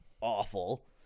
awful